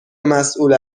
مسئول